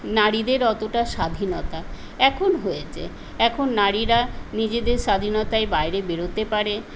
নারীদের অতটা স্বাধীনতা এখন হয়েছে এখন নারীরা নিজেদের স্বাধীনতায় বাইরে বেরোতে পারে